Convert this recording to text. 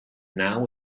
now